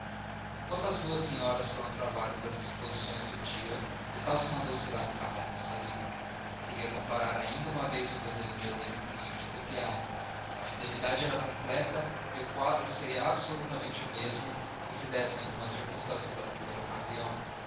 enquanto as duas senhoras foram tratar das disposições do dia estácio mandou selar o cavalo e saiu queria comparar ainda uma vez o desenho de helena com o sítio copiado a fidelidade era completa e o quadro seria absolutamente o mesmo se dessem algumas circunstâncias da primeira ocasião